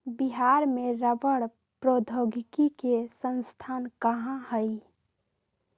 बिहार में रबड़ प्रौद्योगिकी के संस्थान कहाँ हई?